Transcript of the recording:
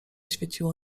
świeciło